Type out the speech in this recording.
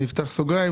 אני אפתח סוגריים,